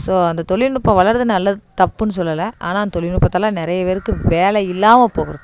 so அந்த தொழில்நுட்பம் வளர்றது நல்லது தப்புன்னு சொல்லலை ஆனால் அந்த தொழில்நுட்பத்தால நிறைய பேருக்கு வேலை இல்லாமல் போகுது